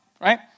right